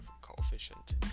coefficient